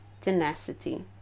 tenacity